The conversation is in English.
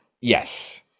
Yes